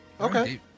Okay